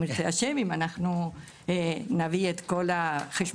ירצה השם ואם אנחנו נביא את כל החשבוניות.